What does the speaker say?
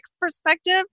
perspective